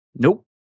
Nope